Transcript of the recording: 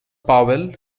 powell